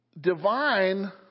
divine